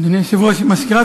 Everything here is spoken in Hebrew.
אדוני היושב-ראש, מזכירת